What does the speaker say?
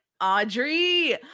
Audrey